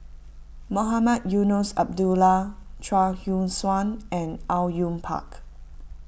Mohamed Eunos Abdullah Chuang Hui Tsuan and Au Yue Pak